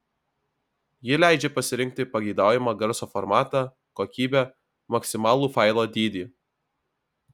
ji leidžia pasirinkti pageidaujamą garso formatą kokybę maksimalų failo dydį